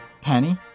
Penny